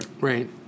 Right